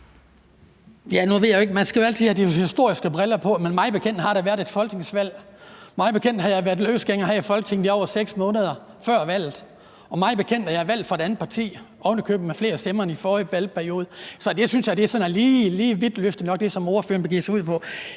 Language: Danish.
Kristian Skibby (DD): Man skal jo altid have de historiske briller på, men mig bekendt har der været et folketingsvalg. Mig bekendt havde jeg været løsgænger her i Folketinget i over 6 måneder før valget, og mig bekendt er jeg valgt for et andet parti, ovenikøbet med flere stemmer end i forrige valgperiode. Så det, som ordføreren begiver sig ud i,